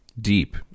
deep